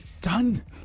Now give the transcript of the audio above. done